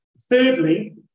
Thirdly